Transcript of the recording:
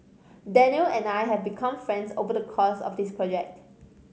Danial and I have become friends over the course of this project